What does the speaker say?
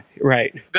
right